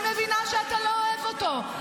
-- והלבנתם אותם --- אני מבינה שאתה לא אוהב אותו,